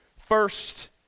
first